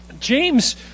James